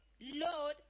Lord